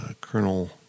Colonel